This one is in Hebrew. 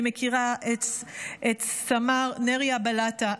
אני מכירה את סמ"ר נריה בלטה,